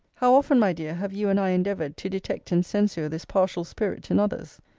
how often, my dear, have you and i endeavoured to detect and censure this partial spirit in others?